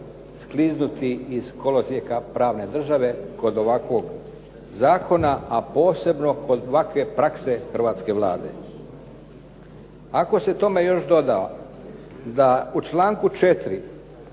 skliznuti iz kolosijeka pravne države kod ovakvog zakona a posebno kod ovakve prakse hrvatske Vlade. Ako se tome još doda da u članku 4.